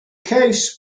case